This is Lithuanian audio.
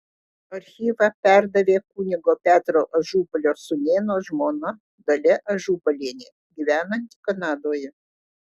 archyvą perdavė kunigo petro ažubalio sūnėno žmona dalia ažubalienė gyvenanti kanadoje